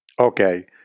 Okay